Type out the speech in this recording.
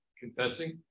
confessing